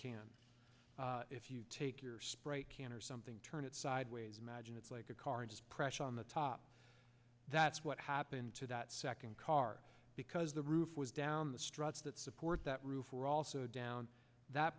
can if you take your spray can or something turn it sideways imagine it's like a car and is pressure on the top that's what happened to that second car because the roof was down the struts that support that roof were also down that